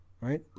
right